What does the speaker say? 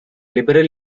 liberal